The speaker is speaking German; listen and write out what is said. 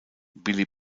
billy